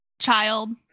child